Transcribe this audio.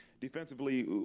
Defensively